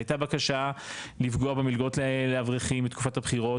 והייתה בבקשה לפגוע במלגות לאברכים בתקופת הבחירות,